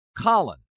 Colin